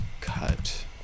Cut